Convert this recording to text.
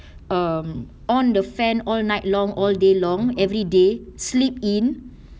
um on the fan all night long all day long everyday sleep in